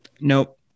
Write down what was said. nope